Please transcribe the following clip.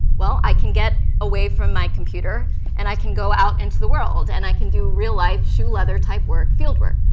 well, i can get away from my computer and i can go out into the world and i can do real life, shoe leather type work, field work.